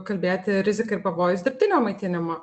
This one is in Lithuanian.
kalbėti rizika ir pavojus dirbtinio maitinimo